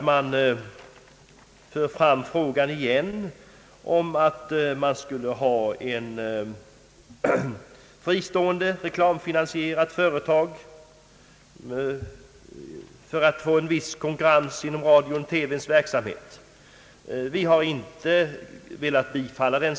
Man för fram frågan igen om att man skulle ha ett fristående reklamfinansierat företag för att få en viss konkurrens inom radions och TV:s verksamhet. Vi har inte velat tillstyrka det.